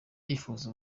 yifuza